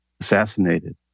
assassinated